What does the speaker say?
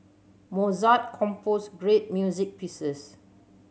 Mozart composed great music pieces